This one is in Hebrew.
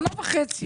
שנה וחצי.